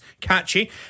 Catchy